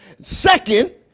Second